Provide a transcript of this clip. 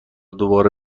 دوباره